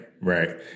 right